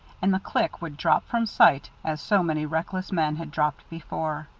and the clique would drop from sight as so many reckless men had dropped before.